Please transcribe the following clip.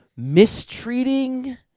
mistreating